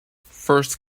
first